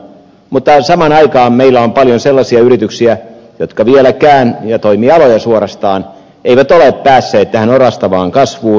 mutta saman aikaan meillä on paljon sellaisia yrityksiä ja suorastaan toimialoja jotka vieläkään eivät ole päässeet tähän orastavaan kasvuun